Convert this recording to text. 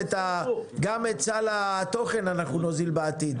גם את סל התוכן אנחנו נוזיל בעתיד.